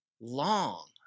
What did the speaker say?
long